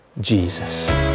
Jesus